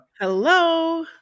Hello